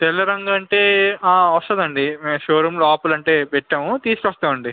తెల్ల రంగు అంటే వస్తుంది అండి మేము షో రూమ్ లోపల ఉంటే పెట్టాము తీసుకొస్తాము అండి